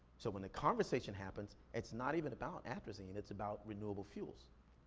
so when the conversation happens, it's not even about atrazine, it's about renewable fuels.